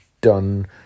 done